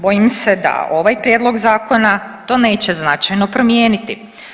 Bojim se da ovaj prijedlog zakona to neće značajno promijeniti.